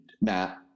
Matt